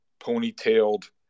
ponytailed